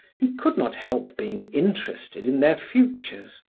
he could not help being interested in their futures,